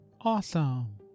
awesome